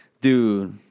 dude